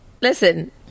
listen